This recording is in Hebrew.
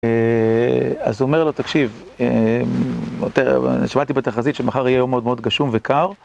אז הוא אומר לו תקשיב, שמעתי בתחזית שמחר יהיה יום מאוד מאוד גשום וקר